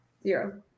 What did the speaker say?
Zero